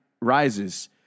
rises